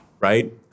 Right